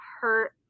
hurt